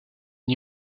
une